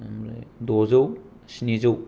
आमफ्राय द'जौ स्निजौ